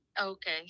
Okay